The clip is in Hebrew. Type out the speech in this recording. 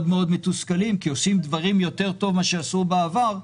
מאוד מתוסכלים כי הם עושים דברים יותר טוב מאשר שעשו בעבר,